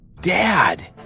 Dad